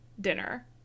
dinner